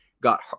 got